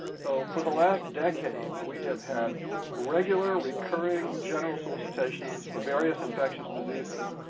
so, for the last decade, we have had regular, recurring general solicitations for various infectious diseases,